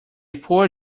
poor